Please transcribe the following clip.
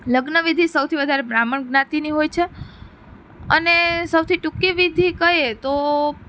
લગ્ન વિધિ સૌથી વધારે બ્રાહ્મણ જ્ઞાતિની હોય છે અને સૌથી ટૂંકી વિધિ કહીએ તો